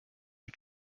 for